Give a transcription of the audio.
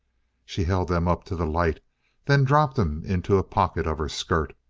she held them up to the light then dropped them into a pocket of her skirt.